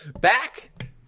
Back